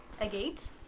Agate